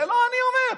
את זה לא אני אומר.